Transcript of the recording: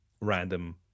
random